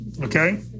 okay